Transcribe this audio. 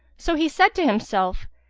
so he said to himself,